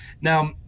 Now